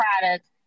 products